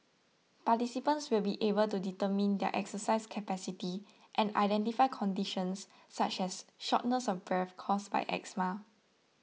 participants will be able to determine their exercise capacity and identify conditions such as shortness of breath caused by asthma